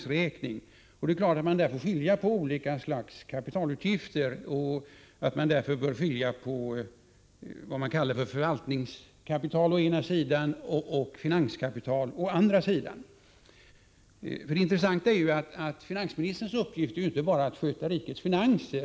Självfallet bör man i detta sammanhang skilja mellan olika slags kapital — å ena sidan s.k. förvaltningskapital, å andra sidan finanskapital. Det är intressant att notera att finansministerns uppgift inte bara är att sköta rikets finanser.